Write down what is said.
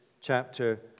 chapter